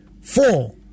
four